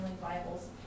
Bibles